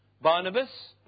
Barnabas